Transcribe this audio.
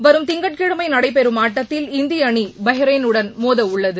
வரும் திங்கட்கிழமை நடைபெறும் ஆட்டத்தில் இந்திய அணி பஹ்ரைனுடன் மோதவுள்ளது